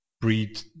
breed